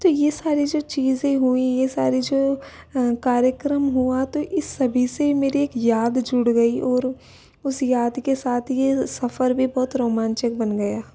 तो ये सारी जो चीज़े हुई ये सारी जो कार्यक्रम हुआ तो इस सभी से मेरी एक याद जुड़ गई और उस याद के साथ ये सफर भी बहुत रोमांचक बन गया